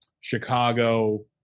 Chicago